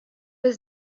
was